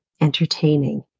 entertaining